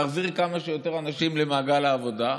להעביר כמה שיותר אנשים למעגל העבודה.